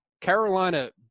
Carolina